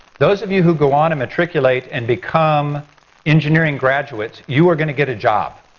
those of you who go on and matriculate and become engineering graduates, you are going to get a job.